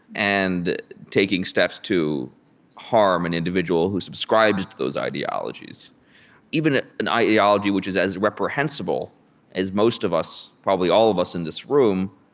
and taking steps to harm an individual who subscribes to those ideologies even an ideology which is as reprehensible as most of us, probably all of us in this room,